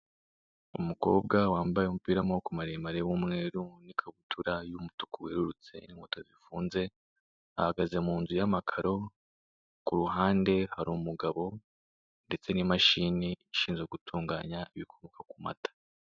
Umukobwa wambaye umupira w'amaboko maremare w'umweru, n'ikabutura y'umutuku yerurutse, n'inkweto zifunze, ahagaze mu nzu y'amakaro, ku ruhande hari umugabo ndetse n'imashini ishinzwe gutunganya ibikomoka ku mata.